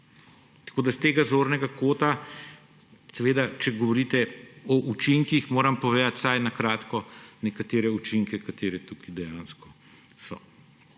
Tako da s tega zornega kota moram, če govorite o učinkih, povedati vsaj na kratko za nekatere učinke, kateri tukaj dejansko so.